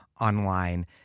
online